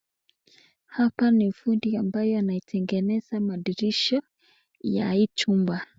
Hapa ni fundi ambaye anaitengenesa madirisha ya hii chumba.